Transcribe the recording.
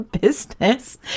business